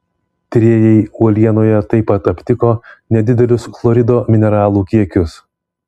tyrėjai uolienoje taip pat aptiko nedidelius chlorido mineralų kiekius